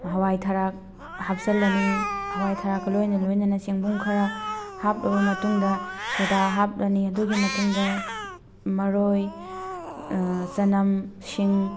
ꯍꯋꯥꯏ ꯊꯔꯥꯛ ꯍꯥꯞꯆꯤꯜꯂꯅꯤ ꯍꯋꯥꯏ ꯊꯥꯔꯥꯛꯀ ꯂꯣꯏꯅ ꯂꯣꯏꯅꯅ ꯆꯦꯡꯕꯨꯡ ꯈꯔ ꯍꯥꯞꯂꯕ ꯃꯇꯨꯡꯗ ꯁꯣꯗꯥ ꯍꯥꯞꯂꯅꯤ ꯑꯗꯨꯒꯤ ꯃꯇꯨꯡꯗ ꯃꯔꯣꯏ ꯆꯅꯝ ꯁꯤꯡ